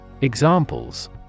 Examples